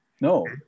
No